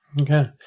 Okay